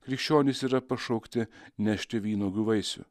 krikščionys yra pašaukti nešti vynuogių vaisių